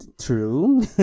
True